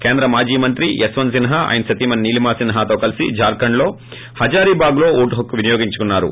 కేంద్ర మాజీ మంత్రి యశ్వంత్ సిన్హా ఆయన సతీమణి నీలిమా సిన్హతో కలిసి ఝార్లండ్లోని హజారీబాగ్లో ఓటు హక్కు వినియోగించుకున్నారు